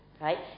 right